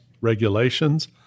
regulations